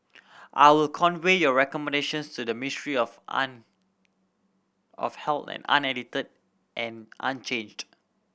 I will convey your recommendations to the Ministry of of Health unedited and unchanged